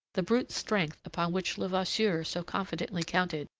the brute strength, upon which levasseur so confidently counted,